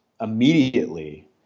immediately